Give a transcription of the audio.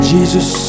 Jesus